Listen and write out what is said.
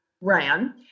ran